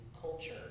culture